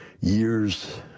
years